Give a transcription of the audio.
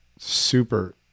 super